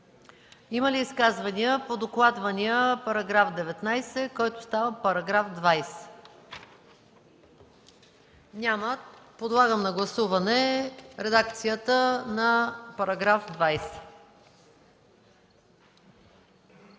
Има ли изказвания по докладвания § 19, който става § 20? Няма. Подлагам на гласуване редакцията на § 20.